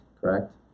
correct